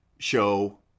show